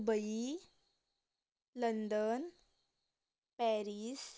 Dubai London Paris